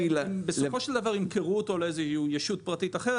בסופו של דבר ימכרו אותו לאיזושהי ישות פרטית אחרת,